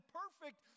perfect